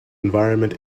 environment